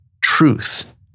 truth